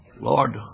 Lord